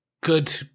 good